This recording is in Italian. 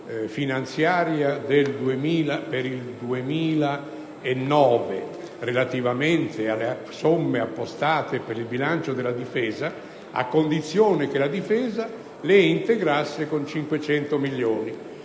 finanziaria per il 2009, relativamente alle somme appostate per il bilancio del Ministero della difesa a condizione che fossero integrate con 500 milioni